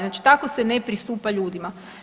Znači tako se ne pristupa ljudima.